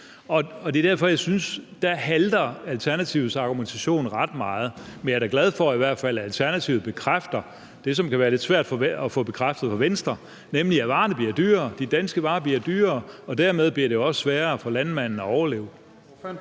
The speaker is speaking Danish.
Det er derfor, jeg synes, at Alternativets argumentation halter ret meget der. Men jeg er da i hvert fald glad for, at Alternativet bekræfter det, som det kan være lidt svært at få bekræftet af Venstre, nemlig at varerne bliver dyrere. De danske varer bliver dyrere, og dermed bliver det også sværere for landmanden at overleve.